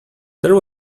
there